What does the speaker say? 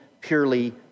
purely